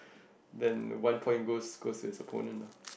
then one point goes goes to his opponent ah